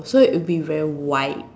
so it'll be very wide